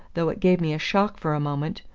though it gave me a shock for a moment,